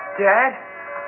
Dad